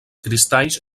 cristalls